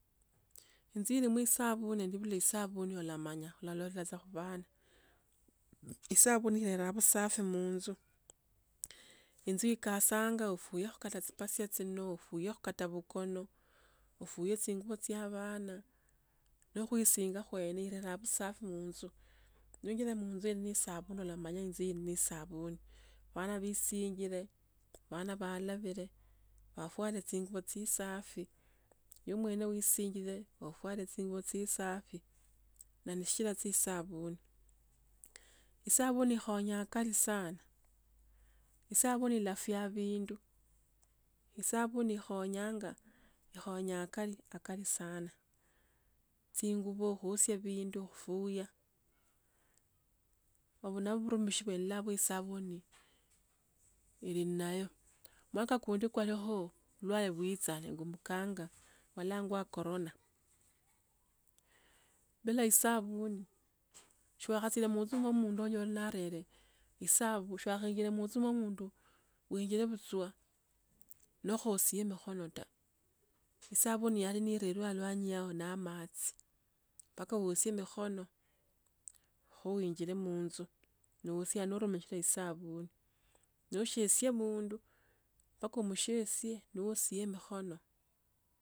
Inzu ilimo isavuni ni ibuluyi vusafi olamanya, olalo sasakhupan, i-i isavuni yera busafi munzu, inzu ikasanga ofua kata tsi pazia tsino ofuyekho kata vukona. ofuye tsingwa tsya vana. No khwisinga khwene ilera vusafi munzu. Niwinjira munzu ni isafi olamanya inzu ii ne savuni, vana vi sinjire vana valaure vafware tsinguvo tsisafi. Ewe mwene wisinjire ufware tsinguvo tsisafi na ni shichira tsa e savuni ,e savuni ikhonyaa akali sana. E savuni ilafya vindu, e savuni ikhonyanga ikhonyaa akali akali sana. Tsinguvo khwosia vindu khufua. Ovu nava vurumishi vwelola isavuni yili nayo mwaka kundi kwalikh vulwao vwitsa ngumbukanga vwalangwangwa corona. Bila e savuni shi wakhatsire munzu mwo mundu onyole narere isavu. Shi wakhenjire mwo mundu. winjire vutswa nokhosie mikhono ta. Savuni yali nirerirwe alwanyi yao na matsi mpaka wasie mikhono kho winjire munzu. Ne wasia norumishira e savuni noshesya mundu mpaka omshesye niwosie mikhono.